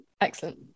excellent